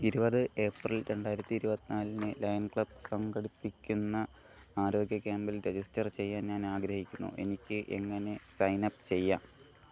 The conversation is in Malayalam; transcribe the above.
ഇരുപത് ഏപ്രിൽ രണ്ടായിരത്തി ഇരുപത് നാലിന് ലയൺസ് ക്ലബ് സംഘടിപ്പിക്കുന്ന ആരോഗ്യ ക്യാമ്പിൽ രജിസ്റ്റർ ചെയ്യാൻ ഞാനാഗ്രഹിക്കുന്നു എനിക്ക് എങ്ങനെ സൈനപ്പ് ചെയ്യാം